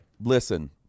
Listen